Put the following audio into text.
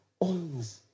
owns